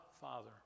Father